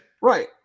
Right